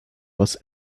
was